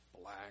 Black